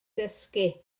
dysgu